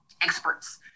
experts